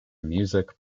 music